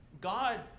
God